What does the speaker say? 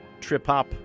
trip-hop